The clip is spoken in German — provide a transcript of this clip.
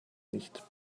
nicht